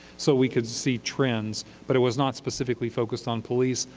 so we could see trends, but it was not specifically focused on police,